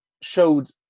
showed